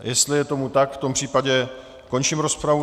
Jestli je tomu tak, v tom případě končím rozpravu.